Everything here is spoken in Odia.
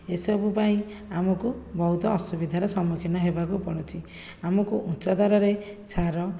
ଏସବୁ ପାଇଁ ଆମକୁ ବହୁତ ଅସୁବିଧାର ସମ୍ମୁଖୀନ ହେବାକୁ ପଡୁଛି ଆମକୁ ଉଚ୍ଚ ଦରରେ ସାର